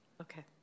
Okay